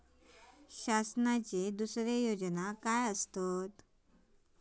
शासनाचो दुसरे योजना काय आसतत?